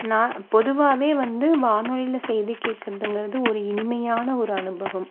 நான் பொதுவாகவே வந்து வானொலியில் செய்து கேட்குறதுங்குறது ஒரு இனிமையான ஒரு அனுபவம்